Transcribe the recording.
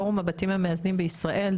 פורום הבתים המאזנים בישראל,